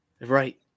Right